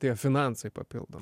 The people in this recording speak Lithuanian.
tie finansai papildo